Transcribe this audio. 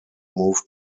moved